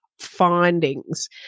Findings